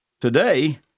Today